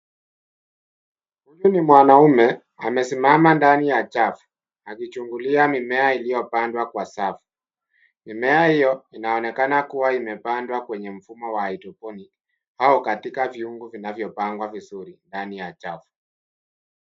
Huyu ni mwanaume amesimama ndani ya chafu akichungulia mimea iliyopandwa kwa safu. Mimea hiyo inaonekana kuwa imepandwa kwenye mfumo wa hydroponic au katika viungo vinavyopangwa vizuri ndani ya chafu.